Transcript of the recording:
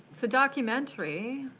it's a documentary.